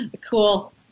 Cool